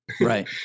Right